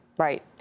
Right